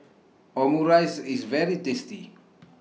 Omurice IS very tasty